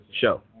show